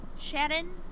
Shannon